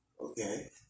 okay